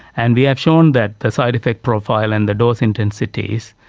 and we have shown that the side-effect profile and the dose intensities,